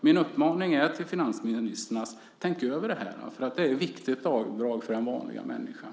Min uppmaning till finansministern är därför: Tänk över detta, för det är ett viktigt avdrag för den vanliga människan.